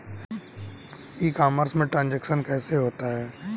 E commerce में transaction कैसे होता है?